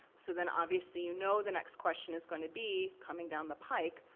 so then obviously you know the next question is gonna be, coming down the pike,